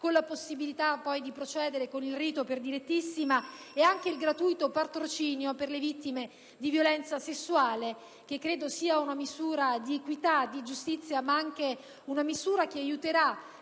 con la possibilità poi di procedere con il rito per direttissima; il gratuito patrocinio per le vittime di violenza sessuale, sia una misura di equità e giustizia, ma anche che aiuterà